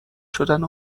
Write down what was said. شدن